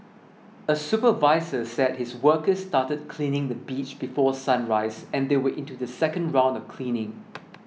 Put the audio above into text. a supervisor said his workers started cleaning the beach before sunrise and they were into the second round of cleaning